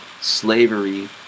slavery